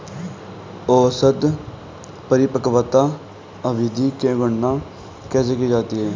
औसत परिपक्वता अवधि की गणना कैसे की जाती है?